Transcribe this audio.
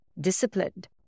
disciplined